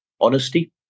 honesty